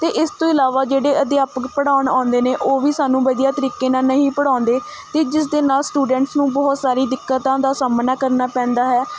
ਅਤੇ ਇਸ ਤੋਂ ਇਲਾਵਾ ਜਿਹੜੇ ਅਧਿਆਪਕ ਪੜ੍ਹਾਉਣ ਆਉਂਦੇ ਨੇ ਉਹ ਵੀ ਸਾਨੂੰ ਵਧੀਆ ਤਰੀਕੇ ਨਾਲ਼ ਨਹੀਂ ਪੜ੍ਹਾਉਂਦੇ ਅਤੇ ਜਿਸ ਦੇ ਨਾਲ਼ ਸਟੂਡੈਂਟਸ ਨੂੰ ਬਹੁਤ ਸਾਰੀ ਦਿੱਕਤਾਂ ਦਾ ਸਾਹਮਣਾ ਕਰਨਾ ਪੈਂਦਾ ਹੈ